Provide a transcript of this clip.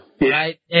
right